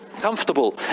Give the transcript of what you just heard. comfortable